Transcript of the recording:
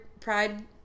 pride